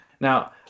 Now